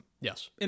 Yes